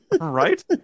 Right